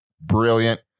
brilliant